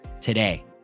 today